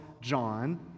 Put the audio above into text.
John